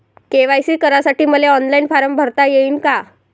KYC करासाठी मले online form भरता येईन का?